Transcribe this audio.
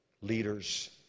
Leaders